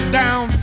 down